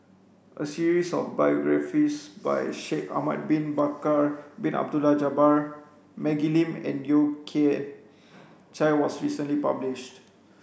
a series of biographies by Shaikh Ahmad Bin Bakar Bin Abdullah Jabbar Maggie Lim and Yeo Kian Chai was recently published